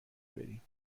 بریم